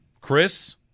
Chris